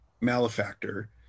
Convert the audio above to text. malefactor